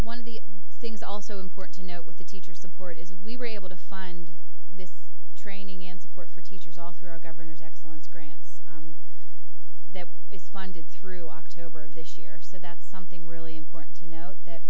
one of the things also important to note with the teacher support is we were able to find this training in support for teachers all through our governor's excellence grants that is funded through october of this year so that's something really important to note that